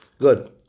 Good